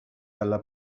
alla